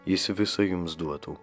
jis visą jums duotų